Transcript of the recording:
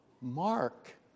Mark